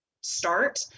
start